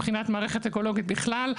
מבחינת מערכת אקולוגית בכלל.